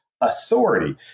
authority